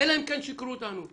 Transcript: אלא אם כן שיקרו לנו.